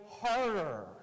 harder